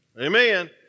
Amen